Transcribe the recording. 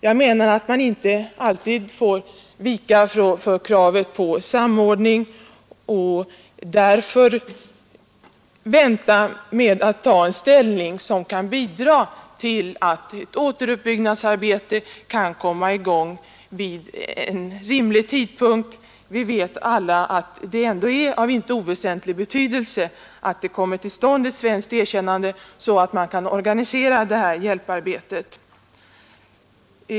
Jag menar att man inte alltid får vika för kravet på samordning och därför vänta med att inta en ståndpunkt som kan bidra till att ett återuppbyggnadsarbete kommer i gång i rimlig tid. Vi vet alla att det ändå är av inte oväsentlig betydelse att ett svenskt erkännande kommer till stånd, så att man kan organisera hjälparbetet.